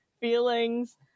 feelings